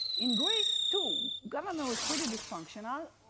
in greece, too, government was pretty dysfunctional,